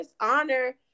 honor